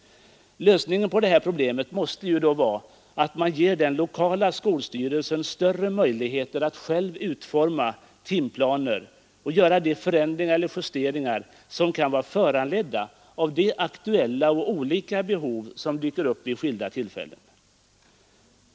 Lösningen på det här problemet måste ju då vara att man ger den lokala skolstyrelsen större möjligheter att själv utforma läroplaner och göra de förändringar och justeringar i timplanerna som kan vara föranledda av de aktuella och skiftande behov som kan dyka upp vid skilda tillfällen.